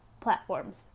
platforms